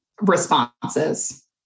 responses